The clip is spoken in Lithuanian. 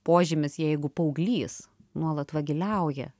požymis jeigu paauglys nuolat vagiliauja